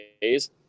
days